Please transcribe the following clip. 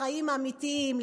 לחיים האמיתיים,